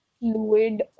fluid